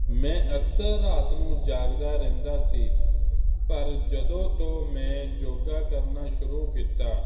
ਮੈਂ ਅਕਸਰ ਰਾਤ ਨੂੰ ਜਾਗਦਾ ਰਹਿੰਦਾ ਸੀ ਪਰ ਜਦੋਂ ਤੋਂ ਮੈਂ ਜੋਗਾ ਕਰਨਾ ਸ਼ੁਰੂ ਕੀਤਾ